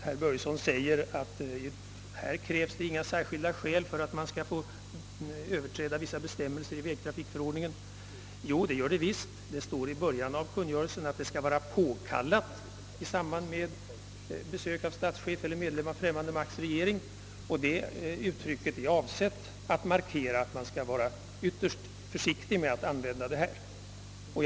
Herr Börjesson menar att det inte krävs några särskilda skäl för att i sådana fall få överträda vissa bestämmelser i vägtrafikförordningen. Jo, det gör det visst. Det står nämligen i början av kungörelsen, att det skall vara påkallat i samband med ett besök av statschef eller representant för främmande makts regering. Detta uttalande är gjort för att speciellt markera att man skall vara ytterst försiktig med att använda denna rätt.